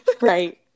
right